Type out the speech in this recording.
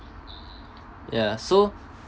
ya so